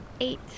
Eight